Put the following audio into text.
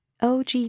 OG